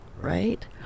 right